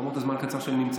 למרות הזמן הקצר שאני נמצא